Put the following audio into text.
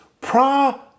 pra